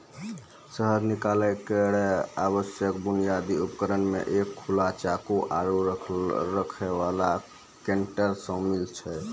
शहद निकालै केरो आवश्यक बुनियादी उपकरण म एक खुला चाकू, आरु रखै वाला कंटेनर शामिल छै